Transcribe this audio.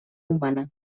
humana